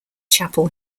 chapel